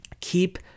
Keep